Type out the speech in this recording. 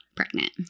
pregnant